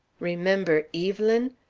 remember evelyn?